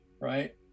Right